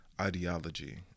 ideology